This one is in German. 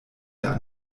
der